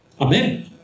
Amen